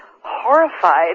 horrified